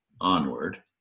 onward